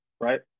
right